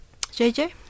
JJ